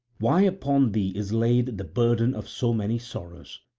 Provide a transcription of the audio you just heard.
why upon thee is laid the burden of so many sorrows?